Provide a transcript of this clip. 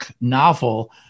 novel